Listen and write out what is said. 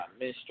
Mr